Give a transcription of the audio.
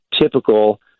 typical